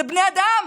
אלה בני אדם.